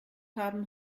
haben